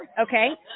Okay